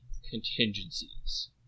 contingencies